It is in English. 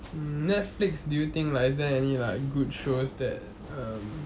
mm Netflix do you think like is there any good shows that um